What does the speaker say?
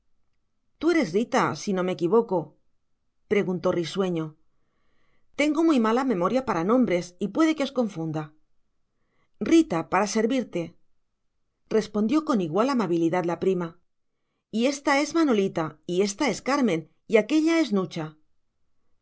tú eres rita si no me equivoco preguntó risueño tengo muy mala memoria para nombres y puede que os confunda rita para servirte respondió con igual amabilidad la prima y ésta es manolita y ésta es carmen y aquélla es nucha